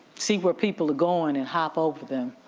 see where people are going and hop over them.